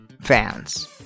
fans